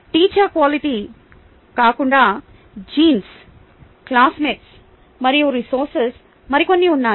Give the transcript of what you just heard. teacher quality కాకుండా genes classmates మరియు resources మరికొన్ని ఉన్నాయి